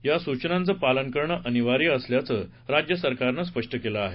या सूचनांचं पालन करणं अनिवार्य असल्याचं राज्य सरकारनं स्पष्ट केलं आहे